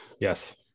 Yes